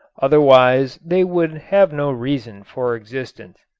otherwise they would have no reason for existence.